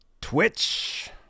twitch